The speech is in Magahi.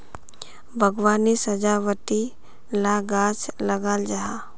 बाग्वानित सजावटी ला गाछ लगाल जाहा